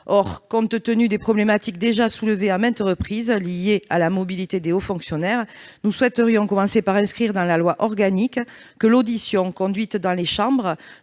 Or, compte tenu de problématiques déjà soulevées à maintes reprises, liées à la mobilité des hauts fonctionnaires, nous souhaiterions pour commencer inscrire dans la loi organique que l'audition conduite dans les chambres